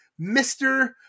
Mr